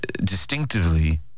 distinctively